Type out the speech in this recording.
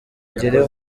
agere